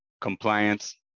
compliance